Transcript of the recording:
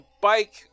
bike